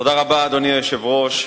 תודה רבה, אדוני היושב-ראש.